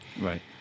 Right